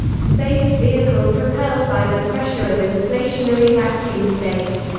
space vehicle propelled by the pressure of inflationary vacuum state,